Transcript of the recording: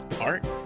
art